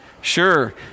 Sure